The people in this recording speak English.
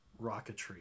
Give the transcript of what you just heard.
rocketry